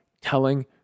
telling